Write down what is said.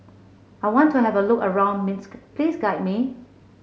I want to have a look around Minsk please guide me